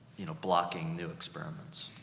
you know, blocking new experiments.